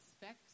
Specs